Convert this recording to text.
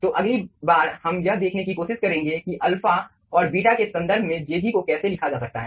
तो अगली बार हम यह देखने की कोशिश करेंगे कि अल्फा और बीटा के संदर्भ में jg को कैसे लिखा जा सकता है